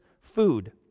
food